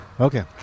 Okay